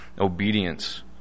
obedience